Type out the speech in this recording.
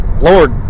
Lord